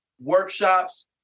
workshops